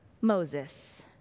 Moses